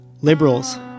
Liberals